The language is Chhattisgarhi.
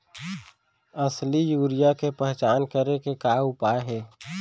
असली यूरिया के पहचान करे के का उपाय हे?